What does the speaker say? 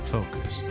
Focus